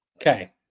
Okay